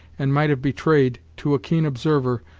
and might have betrayed, to a keen observer,